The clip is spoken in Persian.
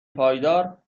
پایدار